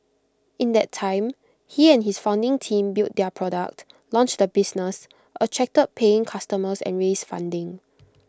in that time he and his founding team built their product launched the business attracted paying customers and raised funding